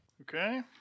Okay